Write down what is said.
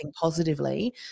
positively